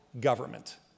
government